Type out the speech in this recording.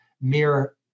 mere